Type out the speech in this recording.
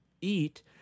eat